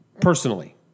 personally